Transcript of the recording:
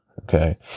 okay